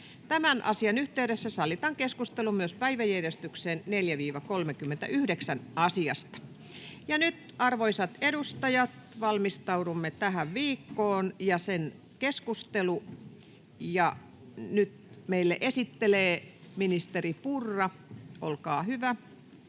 Tämän asian yhteydessä sallitaan keskustelu myös päiväjärjestyksen 4.—39. asiasta. Nyt, arvoisat edustajat, valmistaudumme tähän viikkoon ja sen keskusteluun. Ja nyt esityksen esittelee meille ministeri Purra. — Olkaa hyvä.